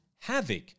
havoc